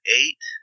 eight